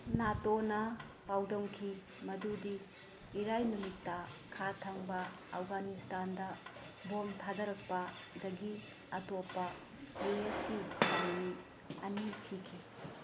ꯅꯥꯇꯣꯅ ꯄꯥꯎꯗꯝꯈꯤ ꯃꯗꯨꯗꯤ ꯏꯔꯥꯏ ꯅꯨꯃꯤꯠꯇ ꯈꯥ ꯊꯪꯕ ꯑꯐꯒꯥꯅꯤꯁꯇꯥꯟꯗ ꯕꯣꯝ ꯊꯥꯗꯔꯛꯄꯗꯒꯤ ꯑꯇꯣꯞꯄ ꯌꯨꯑꯦꯁꯀꯤ ꯂꯥꯟꯃꯤ ꯑꯅꯤ ꯁꯤꯈꯤ